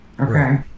Okay